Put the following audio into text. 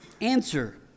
answer